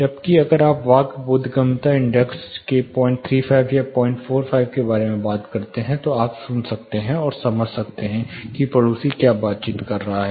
जबकि अगर आप वाक् बोधगम्यता इंडेक्स के 035 या 045 के बारे में बात करते हैं तो आप सुन सकते हैं और समझ सकते हैं कि पड़ोसी क्या बातचीत कर रहा है